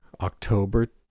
October